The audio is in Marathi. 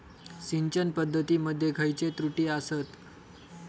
सिंचन पद्धती मध्ये खयचे त्रुटी आसत?